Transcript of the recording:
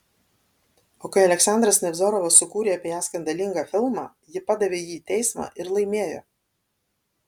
o kai aleksandras nevzorovas sukūrė apie ją skandalingą filmą ji padavė jį į teismą ir laimėjo